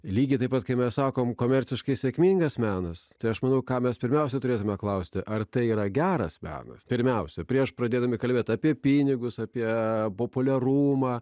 lygiai taip pat kaip mes sakome komerciškai sėkmingas menas tai aš manau ką mes pirmiausia turėtumėme klausti ar tai yra geras menas pirmiausia prieš pradėdami kalbėti apie pinigus apie populiarumą